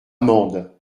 mende